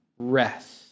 rest